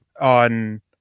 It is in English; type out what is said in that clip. on